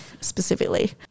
specifically